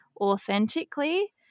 Authentically